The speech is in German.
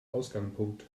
ausgangpunkt